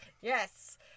Yes